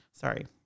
sorry